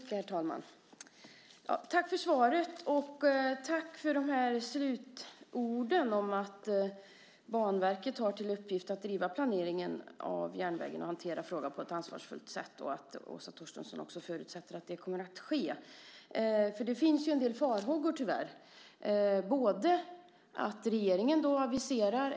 Herr talman! Tack för svaret! Tack också för slutorden om att Banverket har till uppgift att driva planeringen av järnvägen och att Åsa Torstensson förutsätter att man kommer att hantera frågorna på ett ansvarsfullt sätt! Det finns ju tyvärr en del farhågor.